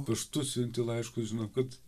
paštu siunti laiškus žinau kad